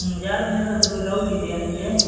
ಹ್ಞೂ ಯಾರ ಮೇಲಾದರೂ ಡೌಟ್ ಇದೆಯಾ ನಿಮಗೆ